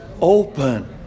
open